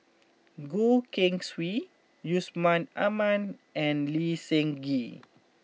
Goh Keng Swee Yusman Aman and Lee Seng Gee